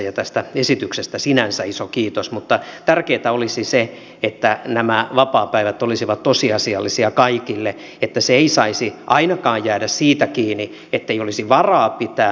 ja tästä esityksestä sinänsä iso kiitos mutta tärkeintä olisi se että nämä vapaapäivät olisivat tosiasiallisia kaikille että se ei saisi ainakaan jäädä siitä kiinni ettei olisi varaa pitää